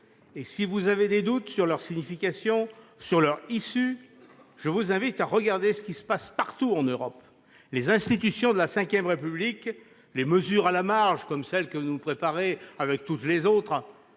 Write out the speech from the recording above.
». Si vous avez des doutes sur leur signification et sur leur issue, je vous invite à regarder ce qui se passe partout en Europe. Les institutions de la V République, les mesures à la marge comme celles que vous nous préparez, comme toutes les autres,